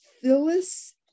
Phyllis